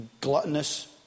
Gluttonous